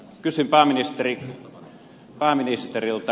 kysyn pääministeriltä